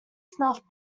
snuff